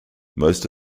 most